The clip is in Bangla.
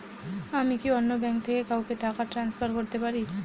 আমি কি অন্য ব্যাঙ্ক থেকে কাউকে টাকা ট্রান্সফার করতে পারি?